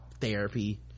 therapy